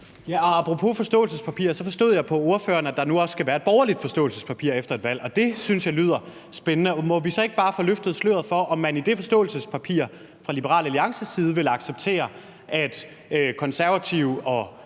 (S): Apropos forståelsespapiret forstod jeg på ordføreren, at der nu også skal være et borgerligt forståelsespapir efter valget, og det synes jeg lyder spændende. Og må vi så ikke bare få løftet sløret for, om man i det forståelsespapir fra Liberal Alliances side vil acceptere, at Konservative og